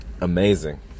amazing